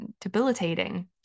debilitating